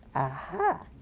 ha!